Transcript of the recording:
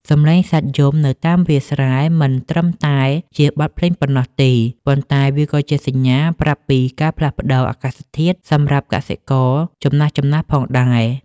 សំឡេងសត្វយំនៅតាមវាលស្រែ មិនត្រឹមតែជាបទភ្លេងប៉ុណ្ណោះទេ ប៉ុន្តែវាក៏ជាសញ្ញាប្រាប់ពីការផ្លាស់ប្តូរអាកាសធាតុសម្រាប់កសិករចំណាស់ៗផងដែរ។